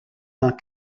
tant